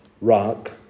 rock